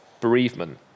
bereavement